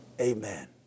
Amen